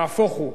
נהפוך הוא,